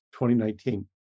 2019